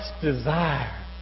desire